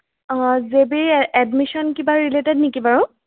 অঁ যবি এডমিশ্যন কিবা ৰিলেটেড নেকি বাৰু